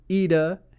Ida